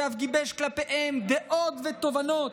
ואף גיבש כלפיהן דעות ותובנות,